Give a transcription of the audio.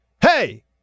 Hey